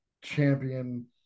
champion